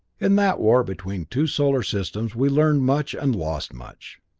in that war between two solar systems we learned much and lost much.